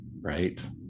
right